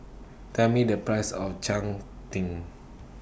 Tell Me The Price of Cheng Tng